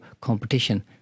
competition